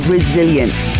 Resilience